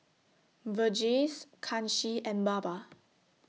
Verghese Kanshi and Baba